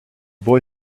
boy